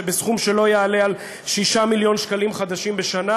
בסכום שלא יעלה על 6 מיליון שקלים חדשים בשנה.